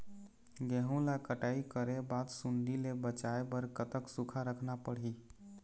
गेहूं ला कटाई करे बाद सुण्डी ले बचाए बर कतक सूखा रखना पड़ही?